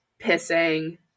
Pissing